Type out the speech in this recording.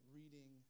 reading